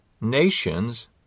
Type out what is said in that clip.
nations